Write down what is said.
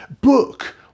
book